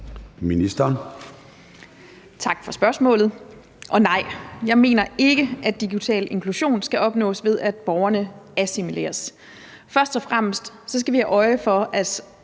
Bjerre): Tak for spørgsmålet. Og nej, jeg mener ikke, at digital inklusion skal opnås, ved at borgerne assimileres. Først og fremmest skal vi have øje for, at